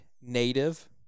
native